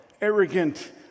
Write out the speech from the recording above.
Arrogant